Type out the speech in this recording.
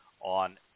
on